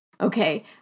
Okay